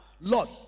Lord